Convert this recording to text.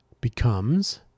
becomes